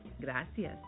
Gracias